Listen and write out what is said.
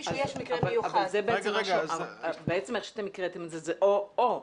בעצם איך שהקראתם את זה, זה או-או.